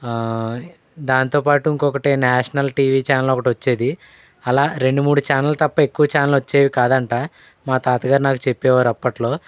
దాంతోపాటు ఇంకొకటి national TV channel ఒకటి వచ్చేది అలా రెండు మూడు ఛానల్ తప్ప ఎక్కువ ఛానల్ వచ్చేవి కాదంట మా తాతగారు నాకు చెప్పేవారు అప్పట్లో